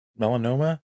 melanoma